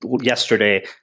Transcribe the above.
yesterday